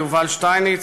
יובל שטייניץ,